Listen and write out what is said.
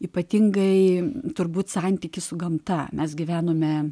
ypatingai turbūt santykis su gamta mes gyvenome